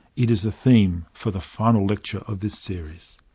it is a theme for the final lecture of this series.